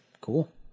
Cool